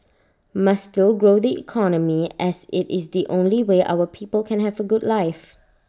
must still grow the economy as IT is the only way our people can have A good life